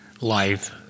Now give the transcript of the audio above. life